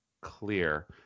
clear